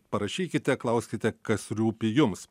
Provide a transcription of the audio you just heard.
parašykite klauskite kas rūpi jums